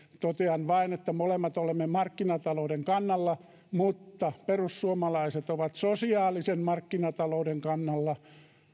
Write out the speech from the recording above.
totean vain että molemmat olemme markkinatalouden kannalla mutta perussuomalaiset ovat sosiaalisen markkinatalouden kannalla